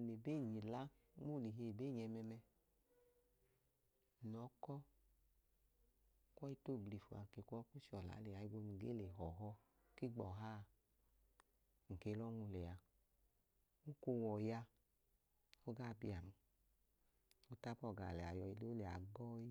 Nl'ebeenyi la nm'olihi ebeny'ẹmẹmẹ, nlọọ kọ kwọi tooblifua kwọi ku chọla lẹa higbo nun gee họhọ ki gbọha. Nke lọ nwu lea oko w'ọya ogaa biyan otabọọ gaa yẹ ayọi le olẹya gọi